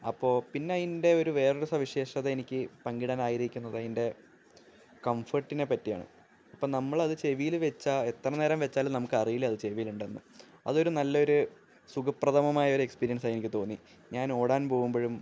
അപ്പോള് പിന്നതിന്റെ ഒരു വേറൊരു സവിശേഷത എനിക്ക് പങ്കിടാനായിരിക്കുന്നത് അതിന്റെ കംഫര്ട്ടിനെ പറ്റിയാണ് ഇപ്പോള് നമ്മളത് ചെവിയില് വെച്ചാല് എത്രനേരം വെച്ചാലും നമുക്കറിയില്ല അത് ചെവിയിലുണ്ടെന്ന് അതൊരു നല്ലൊരു സുഖപ്രദമമായ ഒരു എക്സ്പീരിയന്സ്സായി എനിക്ക് തോന്നി ഞാൻ ഓടാൻ പോകുമ്പോഴും